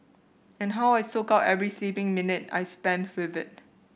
and how I soak up every sleeping minute I spend with it